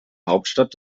hauptstadt